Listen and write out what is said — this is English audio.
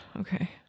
Okay